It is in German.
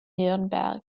nürnberg